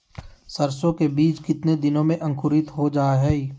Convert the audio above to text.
सरसो के बीज कितने दिन में अंकुरीत हो जा हाय?